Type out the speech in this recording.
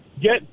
get